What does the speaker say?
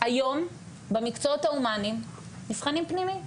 היום במקצועות ההומניים מבחנים פנימיים,